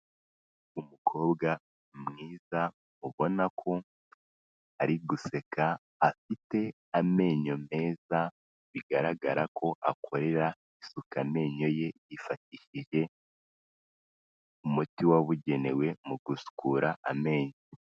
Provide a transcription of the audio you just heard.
Umukobwa mwiza ubona ko ari guseka afite amenyo meza, bigaragara ko akorera isuku amenyo ye, yifatishije umuti wabugenewe mu gusukura amenyo.